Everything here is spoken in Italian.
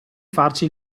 farci